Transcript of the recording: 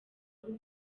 w’u